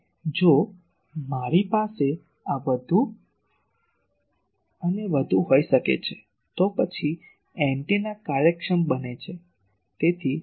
તેથી જો મારી પાસે આ વધુ અને વધુ હોઈ શકે છે તો પછી એન્ટેના કાર્યક્ષમ બને છે